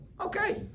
Okay